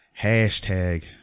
hashtag